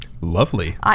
lovely